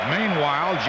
Meanwhile